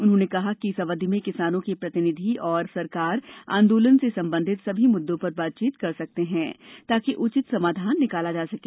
उन्होंजने कहा कि इस अवधि में किसानों के प्रतिनिधि और सरकार आंदोलन से संबंधित सभी मुद्दों पर बातचीत कर सकते हैं ताकि उचित समाधान निकाला जा सके